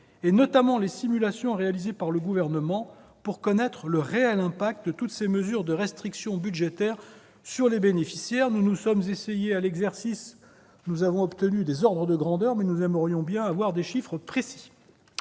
et notamment les simulations réalisées par le Gouvernement, pour connaître le réel impact de toutes ces mesures de restriction budgétaire sur les bénéficiaires. Nous nous sommes essayés à l'exercice et avons obtenu des ordres de grandeur, mais nous aimerions avoir des chiffres plus